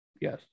Yes